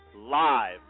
Live